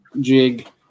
Jig